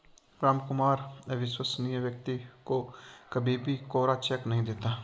रामकुमार अविश्वसनीय व्यक्ति को कभी भी कोरा चेक नहीं देता